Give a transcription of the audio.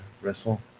wrestle